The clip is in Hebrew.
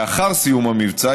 לאחר סיום המבצע,